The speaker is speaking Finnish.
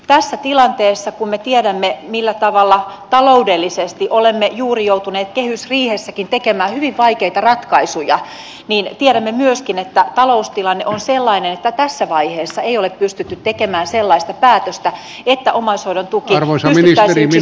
tässä tilanteessa kun me tiedämme millä tavalla taloudellisesti olemme juuri joutuneet kehysriihessäkin tekemään hyvin vaikeita ratkaisuja tiedämme myöskin että taloustilanne on sellainen että tässä vaiheessa ei ole pystytty tekemään sellaista päätöstä että omaishoidon tukeen on säilynyt rimpin